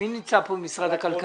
מי נמצא פה ממשרד הכלכלה?